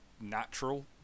natural